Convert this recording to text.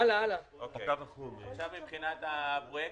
אלה הפרויקטים החדשים: